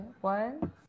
One